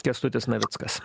kęstutis navickas